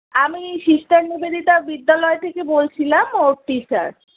আমি সিস্টার নিবেদিতা বিদ্যালয় থেকে বলছিলাম ওর টিচার